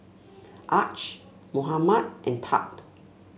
Arch Mohamed and Thad